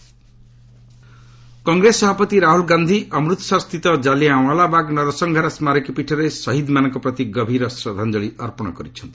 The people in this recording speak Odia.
କଂଗ୍ରେସ୍ ପ୍ରେଜ୍ ଅମୃତସର କଂଗ୍ରେସ ସଭାପତି ରାହୁଲ୍ ଗାନ୍ଧି ଅମୃତସରସ୍ଥିତ ଜାଲିଆଁୱାଲାବାଗ୍ ନରସଂହାର ସ୍କାରକୀ ପୀଠରେ ଶହୀଦ୍ମାନଙ୍କ ପ୍ରତି ଗଭୀର ଶ୍ରଦ୍ଧାଞ୍ଜଳି ଅର୍ପଣ କରିଛନ୍ତି